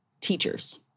teachers